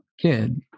kid